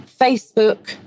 Facebook